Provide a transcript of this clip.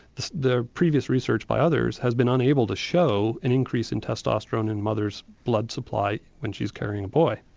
the previous research by others has been unable to show an increase in testosterone in mothers' blood supply when she's carrying a boy.